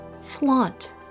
flaunt